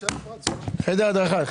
אני אדבר עם ראש הממשלה.